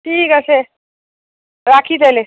ঠিক আছে রাখি তাহলে